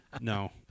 No